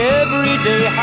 everyday